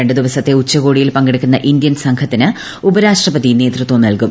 രണ്ടുദിവസത്തെ ഉച്ചകോടിയിൽ പങ്കെടുക്കുന്ന ് ഇന്ത്യൻ സംഘത്തിന് ഉപരാഷ്ട്രപതി നേതൃത്വം നൽകും